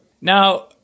Now